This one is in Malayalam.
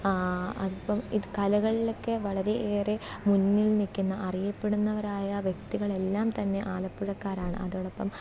അതിപ്പം ഇത് കലകളിലൊക്കെ വളരെ ഏറെ മുന്നിൽ നിൽക്കുന്ന അറിയപ്പെടുന്നവരായ വ്യക്തികളെല്ലാം തന്നെ ആലപ്പുഴക്കാരാണ് അതോടൊപ്പം